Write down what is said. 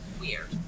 Weird